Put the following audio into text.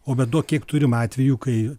o be to kiek turim atvejų kai